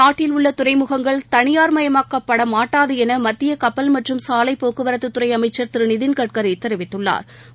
நாட்டில் உள்ளதுறைமுகங்கள் தனியார்மயமாக்கப்படமாட்டாதுஎனமத்தியகப்பல் மற்றும் சாலைபோக்குவரத்துத் துறைஅமைச்சா் திருநிதின் கட்கரிதெரிவித்துள்ளாா்